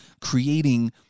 creating